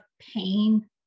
pain